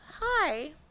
hi